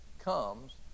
comes